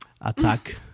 attack